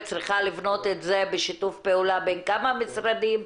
וצריכה לבנות את זה בשיתוף פעולה בין כמה משרדים.